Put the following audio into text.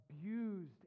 abused